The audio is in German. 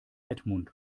edmund